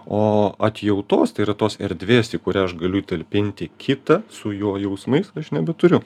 o atjautos tai yra tos erdvės į kurią aš galiu įtalpinti kitą su jo jausmais aš nebeturiu